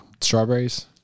Strawberries